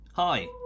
Hi